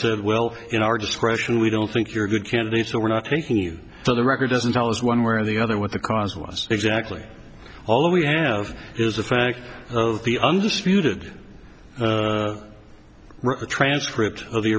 said well in our discretion we don't think you're a good candidate so we're not taking you to the record doesn't tell us one where the other what the cause was exactly although we have is the fact of the undisputed transcript of the